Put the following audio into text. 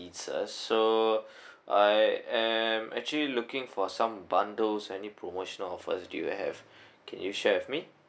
pizzas so I am actually looking for some bundles any promotional offers do you have can you share with me